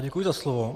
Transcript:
Děkuji za slovo.